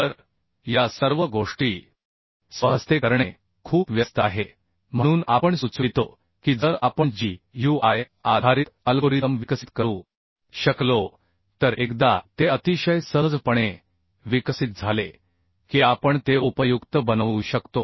तर या सर्व गोष्टी स्वहस्ते करणे खूप व्यस्त आहे म्हणून आपण सुचवितो की जर आपण GUI आधारित अल्गोरिदम विकसित करू शकलो तर एकदा ते अतिशय सहजपणे विकसित झाले की आपण ते उपयुक्त बनवू शकतो